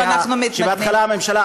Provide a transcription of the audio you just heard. שבהתחלה הממשלה,